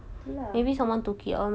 ya lah